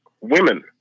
Women